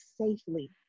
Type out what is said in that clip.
safely